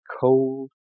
cold